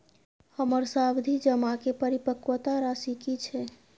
हमर सावधि जमा के परिपक्वता राशि की छै?